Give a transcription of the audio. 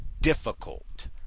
difficult